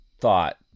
thought